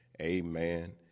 Amen